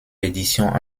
l’édition